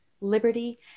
liberty